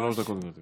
שלוש דקות, גברתי.